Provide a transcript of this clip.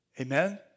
Amen